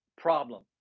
problem